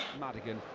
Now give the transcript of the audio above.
Madigan